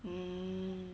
mm